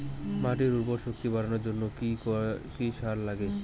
মাটির উর্বর শক্তি বাড়ানোর জন্য কি কি সার লাগে?